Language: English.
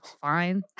Fine